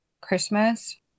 christmas